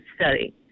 study